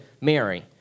Mary